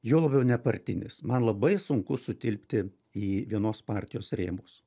juo labiau nepartinis man labai sunku sutilpti į vienos partijos rėmus